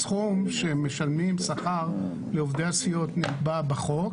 הסכום שמשלמים שכר לעובדי הסיעות נקבע בחוק.